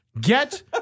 Get